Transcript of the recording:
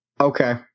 Okay